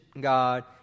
God